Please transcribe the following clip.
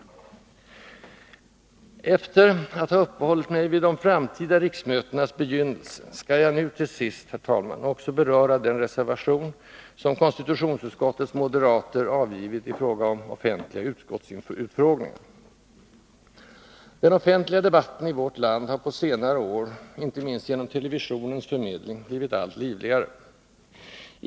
Efter att ha uppehållit mig vid de framtida riksmötenas begynnelse skall jag nu till sist, herr talman, också beröra den reservation, som konstitutionsutskottets moderater avgivit beträffande offentliga utskottsutfrågningar. Den offentliga debatten i vårt land har på senare år, inte minst genom televisionens förmedling, blivit allt livligare.